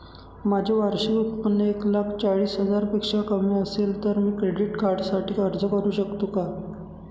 माझे वार्षिक उत्त्पन्न एक लाख चाळीस हजार पेक्षा कमी असेल तर मी क्रेडिट कार्डसाठी अर्ज करु शकतो का?